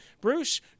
Bruce